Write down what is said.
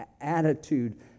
attitude